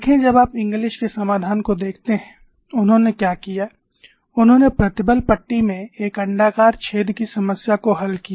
देखें जब आप इंगलिसInglis' के समाधान को देखते हैं उन्होंने क्या किया उन्होंने प्रतिबल पट्टी में एक अण्डाकार छेद की समस्या को हल किया